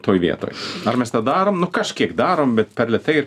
toj vietoj ar mes tą darom nu kažkiek darom bet per lėtai ir